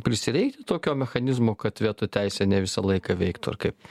prisireikti tokio mechanizmo kad veto teisė ne visą laiką veiktų ar kaip